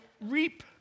reap